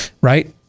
right